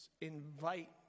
invite